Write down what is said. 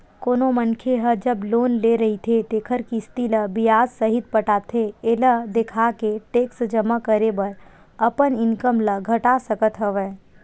कोनो मनखे ह जब लोन ले रहिथे तेखर किस्ती ल बियाज सहित पटाथे एला देखाके टेक्स जमा करे बर अपन इनकम ल घटा सकत हवय